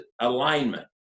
alignment